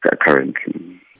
currently